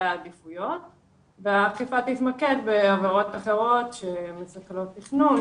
העדיפויות והאכיפה תתמקד בעבירות אחרות שמסכלות תכנון,